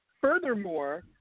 furthermore